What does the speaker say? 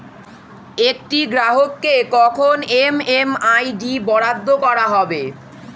একটি গ্রাহককে কখন এম.এম.আই.ডি বরাদ্দ করা হবে?